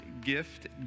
gift